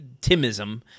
Timism